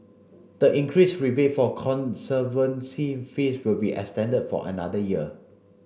the increased rebate for conservancy fees will be extended for another year